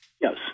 Yes